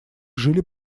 жили